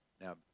Now